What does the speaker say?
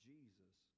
Jesus